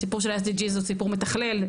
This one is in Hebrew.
הסיפור של ה-SDGs הוא סיפור מתכלל,